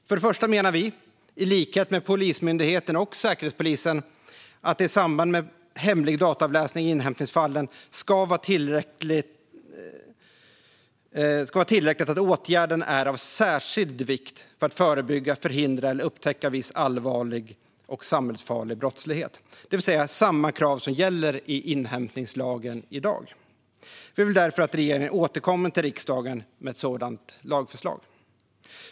För det första menar vi, i likhet med Polismyndigheten och Säkerhetspolisen, att det i samband med hemlig dataavläsning i inhämtningsfallen ska vara tillräckligt att åtgärden är av särskild vikt för att förebygga, förhindra eller upptäcka viss allvarlig och samhällsfarlig brottslighet. Det är samma krav som gäller i inhämtningslagen i dag. Vi vill därför att regeringen återkommer till riksdagen med ett sådant lagförslag.